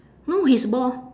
no he's bald